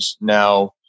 now